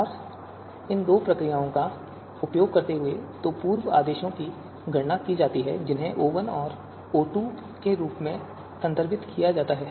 और इन दो प्रक्रियाओं का उपयोग करते हुए दो पूर्व आदेशों की गणना की जाती है जिन्हें O1 और O2 के रूप में संदर्भित किया जाता है